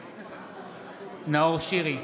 נגד נאור שירי,